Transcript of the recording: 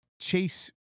chase